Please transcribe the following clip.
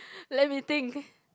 let me think